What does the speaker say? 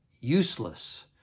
useless